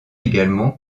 également